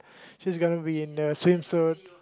she's gonna be in the swimsuit